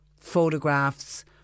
photographs